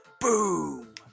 BOOM